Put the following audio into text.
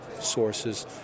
sources